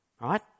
right